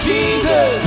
Jesus